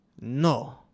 No